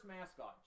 mascot